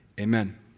Amen